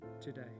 today